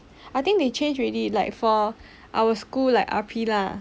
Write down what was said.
I think they change already like for our school like R_P lah